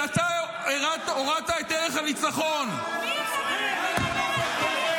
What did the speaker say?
החיילים שלנו הם קדושים,